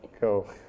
cool